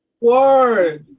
word